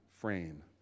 frame